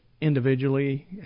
individually